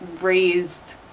raised